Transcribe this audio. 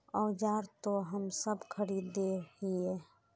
औजार तो हम सब खरीदे हीये?